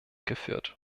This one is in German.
geführt